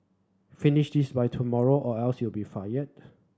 finish this by tomorrow or else you'll be fired